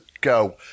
go